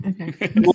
Okay